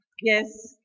Yes